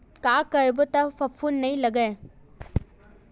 का करबो त फफूंद नहीं लगय?